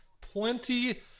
plenty